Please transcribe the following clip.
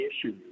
issues